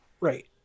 right